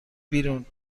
بیرون